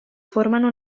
formano